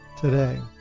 today